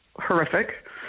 horrific